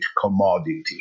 commodity